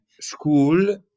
school